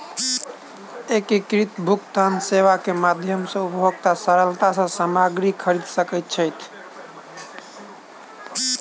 एकीकृत भुगतान सेवा के माध्यम सॅ उपभोगता सरलता सॅ सामग्री खरीद सकै छै